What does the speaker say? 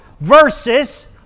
versus